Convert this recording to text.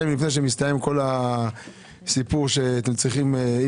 ימים לפני שמסתיים כל הסיפור --- לסיום,